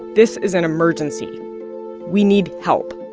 this is an emergency we need help.